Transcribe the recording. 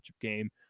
game